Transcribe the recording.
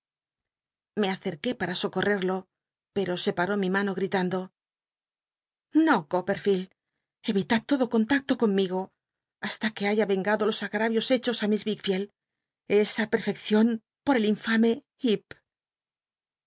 me acerqué para socorrerlo pero sc arú mi mano gritando no copperficld evi tad todo contacto conmigo hasta que haya vengado los a ta iu hechos í miss wickfield esa perrcccion por el infame